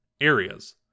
areas